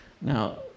Now